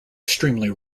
extremely